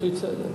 להשליט סדר.